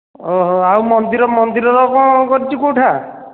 ଓହୋ ଆଉ ମନ୍ଦିର ମନ୍ଦିରର କ'ଣ କରିଛି କେଉଁଟା